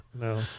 No